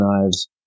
knives